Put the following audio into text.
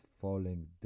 falling